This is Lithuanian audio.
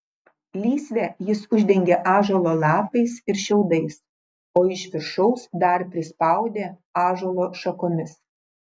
lysvę jis uždengė ąžuolo lapais ir šiaudais o iš viršaus dar prispaudė ąžuolo šakomis